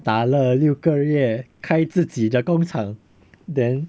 打了六个月开自己的工厂 then